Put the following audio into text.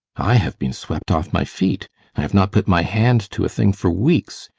i have been swept off my feet i have not put my hand to a thing for weeks,